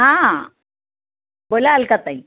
हां बोला अलकाताई